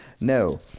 No